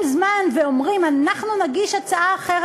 זמן ואומרים "אנחנו נגיש הצעה אחרת,